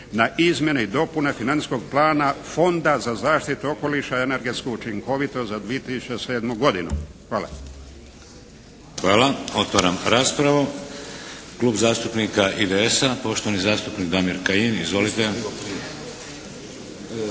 na izmjene i dopune Financijskog plana Fonda za zaštitu okoliša i energetsku učinkovitost za 2007. godinu. Hvala.